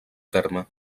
terme